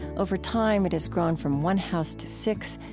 over time it has grown from one house to six,